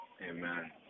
Amen